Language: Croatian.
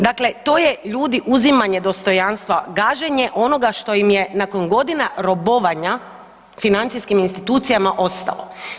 Dakle, to je ljudi uzimanje dostojanstva, gaženje onoga što im je nakon godina robovanja financijskim institucijama ostalo.